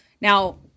Now